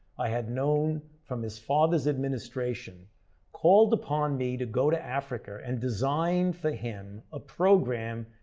i had known from his father's administration called upon me to go to africa and design for him a program,